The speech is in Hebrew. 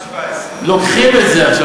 1.17. לוקחים את זה עכשיו,